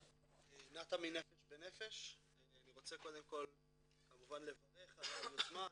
אני רוצה קודם כל כמובן לברך על היוזמה,